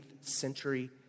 century